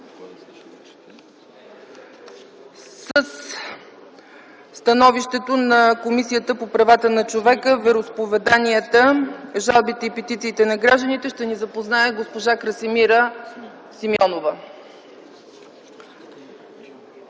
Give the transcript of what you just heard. Със становището на Комисията по правата на човека, вероизповеданията, жалбите и петициите на гражданите ще ни запознае госпожа Красимира Симеонова.